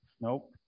Nope